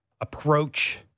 approach